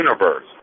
universe